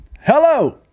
Hello